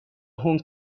هنگ